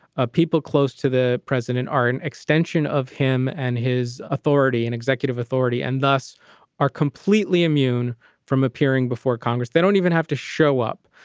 ah people close to the president, are an extension of him and his authority and executive authority and thus are completely immune from appearing before congress. they don't even have to show up.